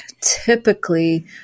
typically